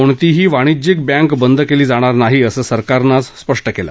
कोणतीही वाणिज्यिक बँक बंद केली जाणार नाही असं सरकारनं आज स्पष्ट केलं